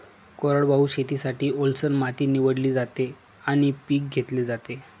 कोरडवाहू शेतीसाठी, ओलसर माती निवडली जाते आणि पीक घेतले जाते